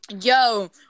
Yo